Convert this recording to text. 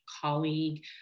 colleague